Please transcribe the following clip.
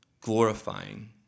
glorifying